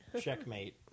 Checkmate